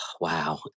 wow